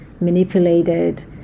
manipulated